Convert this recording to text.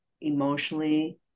emotionally